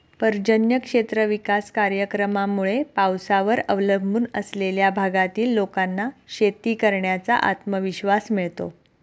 पर्जन्य क्षेत्र विकास कार्यक्रमामुळे पावसावर अवलंबून असलेल्या भागातील लोकांना शेती करण्याचा आत्मविश्वास मिळतो